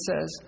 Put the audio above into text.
says